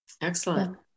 Excellent